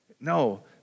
no